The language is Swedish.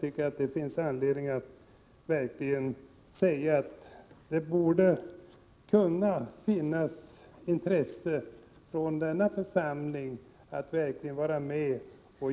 Det bör finnas anledning för denna församling, dvs. riksdagen, att